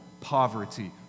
poverty